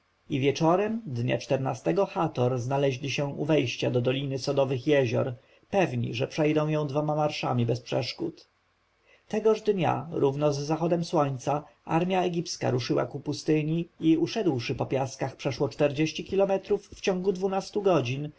wieczorem dnia czego chat znaleźli się u wejścia do doliny sodowych jezior pewni że przejdą ją dwoma marszami bez przeszkód tegoż dnia równo z zachodem słońca armja egipska ruszyła ku pustyni i uszedłszy po piaskach przeszło czterdzieści kilometrów w ciągu dwunastu godzin